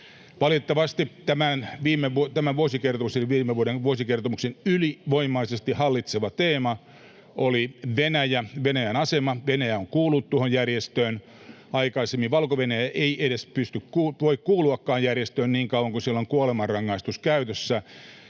Valitettavasti viime vuoden vuosikertomuksen ylivoimaisesti hallitsevin teema oli Venäjä, Venäjän asema. Venäjä on kuulunut tuohon järjestöön aikaisemmin. Valko-Venäjä ei edes voi kuulua järjestöön niin kauan kuin siellä on kuolemanrangaistus käytössä.